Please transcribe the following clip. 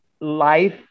life